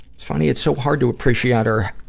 it's funny it's so hard to appreciote our,